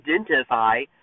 identify